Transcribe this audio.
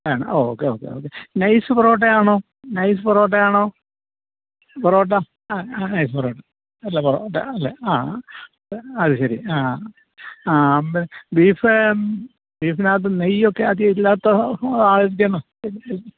ആണ് okay okay okay nice parotta ആണോ nice parotta ആണോ പൊറോട്ട ആ ആ നൈസ് പൊറോട്ട നല്ല പൊറോട്ട ആണല്ലേ ആ അത് ശരി ആ ബീഫ് ബീഫിനകത്ത് നെയ്യൊക്കെ